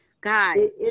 Guys